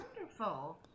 wonderful